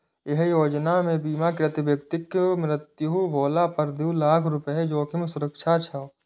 एहि योजना मे बीमाकृत व्यक्तिक मृत्यु भेला पर दू लाख रुपैया जोखिम सुरक्षा छै